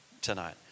tonight